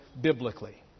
biblically